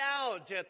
out